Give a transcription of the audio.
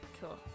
Cool